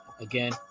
again